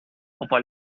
aber